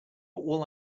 all